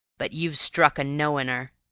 but you've struck a knowin'er.